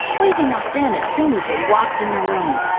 waving us in as soon as we walked in the room.